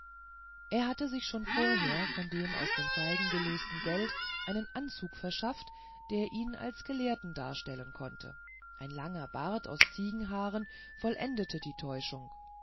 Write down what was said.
er hatte sich schon vorher von dem aus den feigen gelösten geld einen anzug verschafft der ihn als gelehrten darstellen konnte ein langer bart aus ziegenhaaren vollendete die täuschung